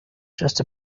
just